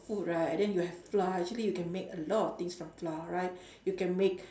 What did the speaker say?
food right and then you have flour actually you can make a lot of things from flour right you can make